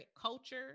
culture